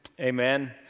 Amen